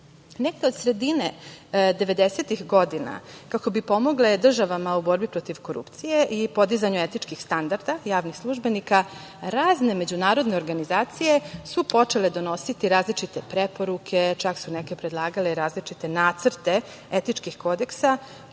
devedesetih godina kako bi pomogle državama u borbi protiv korupcije i podizanju etičkih standarda javnih službenika razne međunarodne organizacije su počele donositi različite preporuke, čak su neke predlagale i različite nacrte etičkih kodeksa